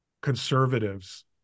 conservatives